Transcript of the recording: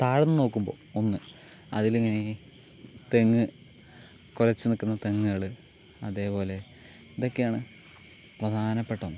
താഴെ നിന്ന് നോക്കുമ്പോൾ ഒന്ന് അതിൽ ഇങ്ങനെ ഈ തെങ്ങ് കുലച്ച് നിൽക്കുന്ന തെങ്ങുകൾ അതേപോലെ ഇതൊക്കെയാണ് പ്രധാനപ്പെട്ട ഒന്ന്